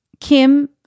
Kim